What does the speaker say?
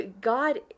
God